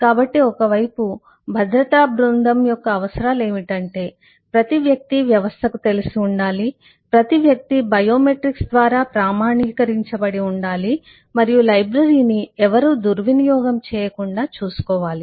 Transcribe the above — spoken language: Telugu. కాబట్టి ఒక వైపు భద్రతా బృందం యొక్క అవసరాలు ఏమిటంటే ప్రతి వ్యక్తి వ్యవస్థకు తెలిసి ఉండాలి ప్రతి వ్యక్తి బయోమెట్రిక్స్ ద్వారా ప్రామాణీకరించబడి ఉండాలి మరియు లైబ్రరీని ఎవరూ దుర్వినియోగం చేయకుండా చూసుకోవాలి